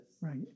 Right